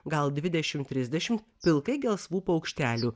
gal dvidešim trisdešim pilkai gelsvų paukštelių